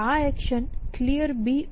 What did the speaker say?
આ action Clear ઉત્પન્ન કરી રહી છે